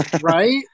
right